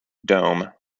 dome